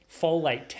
Folate